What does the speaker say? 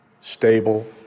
stable